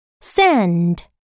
Send